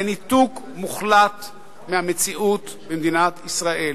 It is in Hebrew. זה ניתוק מוחלט מהמציאות במדינת ישראל,